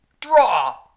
Draw